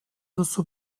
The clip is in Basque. duzu